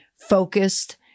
focused